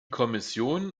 kommission